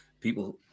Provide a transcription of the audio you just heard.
people